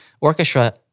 orchestra